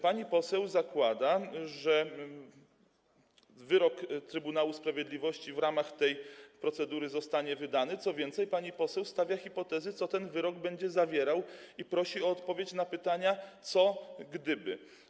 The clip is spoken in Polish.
Pani poseł zakłada, że wyrok Trybunału Sprawiedliwości w ramach tej procedury zostanie wydany, co więcej, pani poseł stawia hipotezy, co ten wyrok będzie zawierał, i prosi o odpowiedź na pytania, co gdyby.